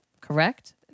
Correct